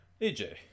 aj